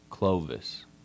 Clovis